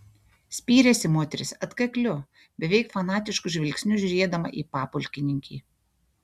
spyrėsi moteris atkakliu beveik fanatišku žvilgsniu žiūrėdama į papulkininkį